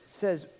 says